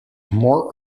more